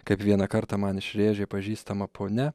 kaip vieną kartą man išrėžė pažįstama ponia